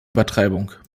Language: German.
übertreibung